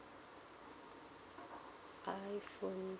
iphone